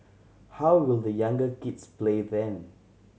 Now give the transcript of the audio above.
how will the younger kids play then